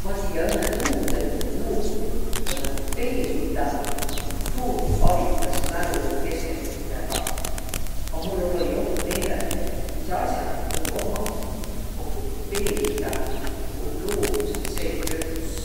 Ma tiiä õnnõ tuud, et nuuq B-vitamiin, tuu avitas mälu ja keskendumisegaq. A mul olõ-i joht meeleh, et mis as'aq nuuq ommaq, koh tuud B-vitamiini niguq luudusõh seeh lövvüs.